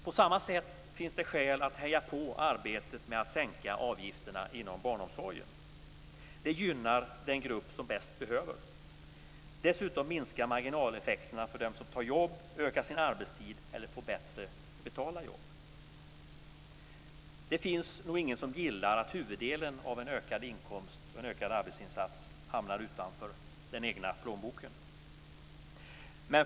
På samma sätt finns det skäl att heja på arbetet med att sänka avgifterna inom barnomsorgen. Det gynnar den grupp som bäst behöver det. Dessutom minskar det marginaleffekterna för dem som tar jobb, ökar sin arbetstid eller får bättre betalda jobb. Det finns nog ingen som gillar att merparten av en ökad inkomst och en ökad arbetsinsats hamnar utanför den egna plånboken.